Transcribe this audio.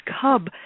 Cub